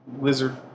lizard